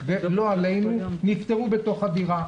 ולא עלינו נפטרו בתוך הדירה.